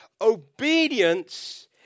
obedience